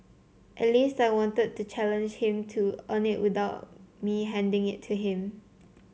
at least I wanted to challenge him to earn it without me handing it to him